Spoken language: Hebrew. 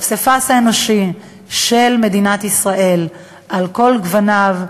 הפסיפס האנושי של מדינת ישראל על כל גווניו,